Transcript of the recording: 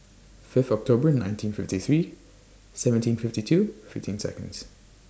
Fifth October nineteen fifty three seventeen fifty two fifteen Seconds